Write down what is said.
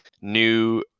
new